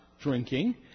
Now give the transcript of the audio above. drinking